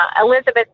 Elizabeth